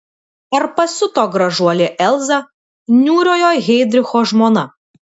ar pasiuto gražuolė elza niūriojo heidricho žmona